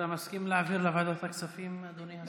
אתה מסכים להעביר לוועדת הכספים, אדוני השר?